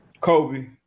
Kobe